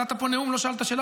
נתת פה נאום, לא שאלת שאלה.